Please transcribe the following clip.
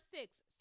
six